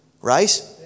right